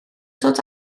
dod